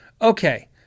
Okay